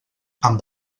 amb